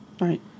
Right